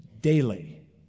daily